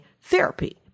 therapy